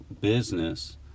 business